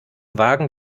wagen